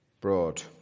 broad